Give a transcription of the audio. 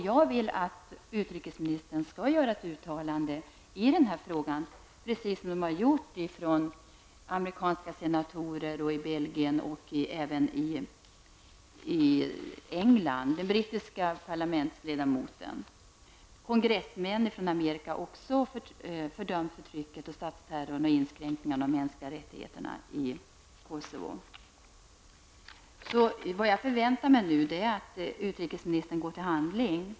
Jag vill att utrikesministern skall göra ett uttalande i denna fråga, precis som amerikanska senatorer har gjort, liksom brittiska och belgiska parlamentsledamöter. Kongressmän från Amerika har också fördömt förtrycket, statsterrorn och inskränkningarna av de mänskliga rättigheterna i Kosovo. Vad jag nu förväntar mig är att utrikesministern går till handling.